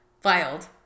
filed